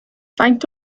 faint